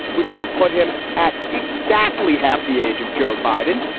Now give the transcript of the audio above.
which will put him at exactly half the age of joe biden.